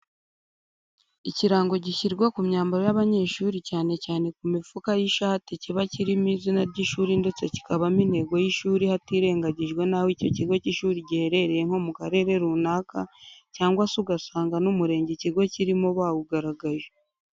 Ikirango gishyirwa ku myambaro y'abanyeshuri cyane cyane ku mifuka y'ishati kiba kirimo izina ry'ishuri ndetse kikabamo intego y'ishuri hatirengagijwe n'aho icyo kigo cy'ishuri giherereye nko mu karere runaka cyangwa se ugasanga n'umurenge ikigo kirimo bawugaragaje.